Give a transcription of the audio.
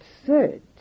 absurd